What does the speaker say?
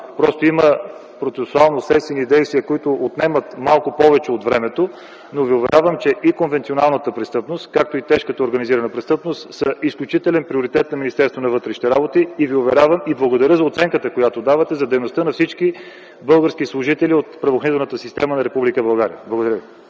Просто има процесуално-следствени действия, които отнемат малко повече от времето, но Ви уверявам, че и конвенционалната престъпност, както и тежката организирана престъпност са изключителен приоритет на Министерството на вътрешните работи. Благодаря за оценката, която давате за дейността на всички български служители от правоохранителната система на Република България. Благодаря ви.